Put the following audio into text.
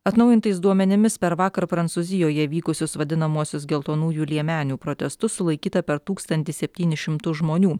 atnaujintais duomenimis per vakar prancūzijoje vykusius vadinamuosius geltonųjų liemenių protestus sulaikyta per tūkstantį septynis šimtus žmonių